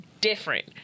different